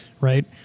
right